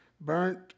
Burnt